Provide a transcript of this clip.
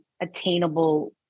attainable